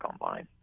online